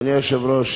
אדוני היושב-ראש,